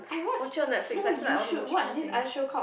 watch your Netflix I feel like I want to watch more things